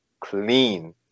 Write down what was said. Clean